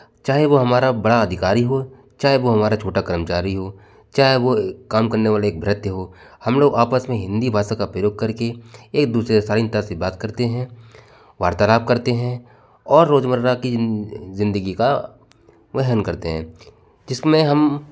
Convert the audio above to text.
चाहे वो हमारा बड़ा अधिकारी हो चाहे वो हमारा छोटा कर्मचारी हो चाहे वो काम करने वाले एक वृद्ध हो हम लोग आपस में हिंदी भाषा का प्रयोग करके एक दूसरे से शालीनता से बात करते हैं वार्तालाप करते हैं और रोजमर्रा की जिंदगी का वहन करते हैं इसमें हम